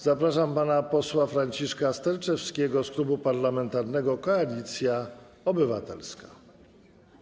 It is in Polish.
Zapraszam pana posła Franciszka Sterczewskiego z Klubu Parlamentarnego Koalicja Obywatelska.